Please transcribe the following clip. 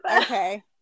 Okay